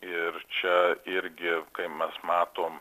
ir čia irgi kai mes matom